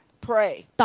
pray